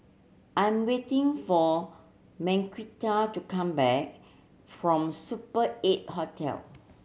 I'm waiting for Marquita to come back from Super Eight Hotel